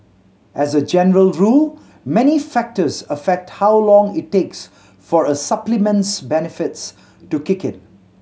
as a general rule many factors affect how long it takes for a supplement's benefits to kick in